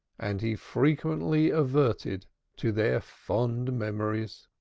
and he frequently adverted to their fond memories.